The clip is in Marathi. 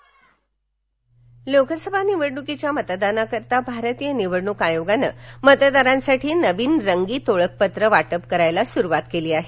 ओळखपत्र लोकसभा निवडणुकीच्या मतदानाकरिता भारतीय निवडणुक आयोगाने मतदारांसाठी नवीन रंगीत ओळखपत्र वाटप करण्यास सुरूवात केली आहे